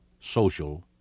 social